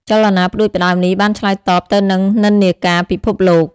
ចលនាផ្តួចផ្តើមនេះបានឆ្លើយតបទៅនឹងនិន្នាការពិភពលោក។